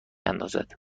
اندازد